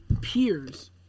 peers